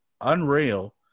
unreal